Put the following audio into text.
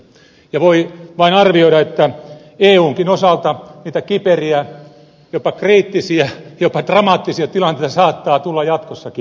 ja voi vain arvioida että eunkin osalta niitä kiperiä jopa kriittisiä jopa dramaattisia tilanteita saattaa tulla jatkossakin